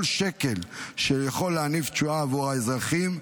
כל שקל שיכול להניב תשואה עבור האזרחים,